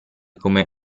come